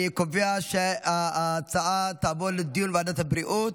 אני קובע שההצעה תעבור לדיון בוועדת הבריאות.